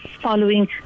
following